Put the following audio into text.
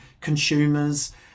consumers